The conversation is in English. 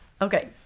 Okay